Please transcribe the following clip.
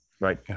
Right